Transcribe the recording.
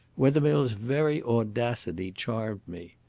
wethermill's very audacity charmed me.